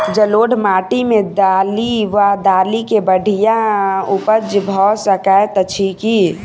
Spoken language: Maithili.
जलोढ़ माटि मे दालि वा दालि केँ बढ़िया उपज भऽ सकैत अछि की?